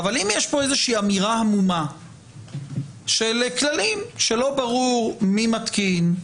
אבל אם יש פה איזושהי אמירה עמומה של כללים שלא ברור מי מתקין,